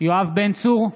יואב בן צור,